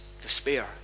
despair